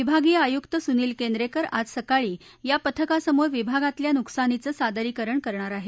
विभागीय आयुक्त सुनिल केंद्रेकर आज सकाळी या पथकासमोर विभागातल्या नुकसानीचं सादरीकरण करणार आहेत